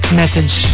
message